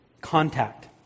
contact